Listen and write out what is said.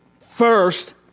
First